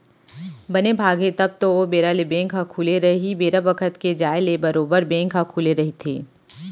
बने भाग हे तब तो ओ बेरा बेंक ह खुले रही बेरा बखत के जाय ले बरोबर बेंक ह खुले रहिथे